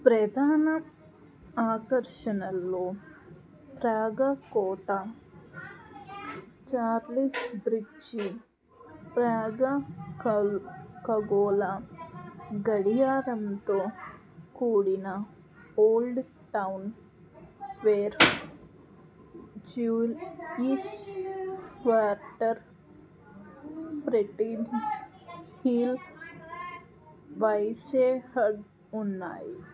ప్రధాన ఆకర్షణల్లో ప్రాగ్ కోట చార్లెస్ బ్రిడ్జు ప్రాగ్ ఖగోళ గడియారంతో కూడిన old town square Jewish quarter Petrin hill Vysehrad ఉన్నాయి